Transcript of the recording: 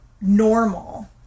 normal